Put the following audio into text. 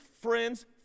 friends